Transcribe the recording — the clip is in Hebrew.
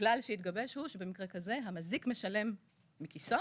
הכלל שהתגבש הוא שבמקרה כזה המזיק משלם מכיסו